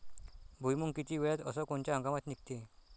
भुईमुंग किती वेळात अस कोनच्या हंगामात निगते?